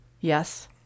Yes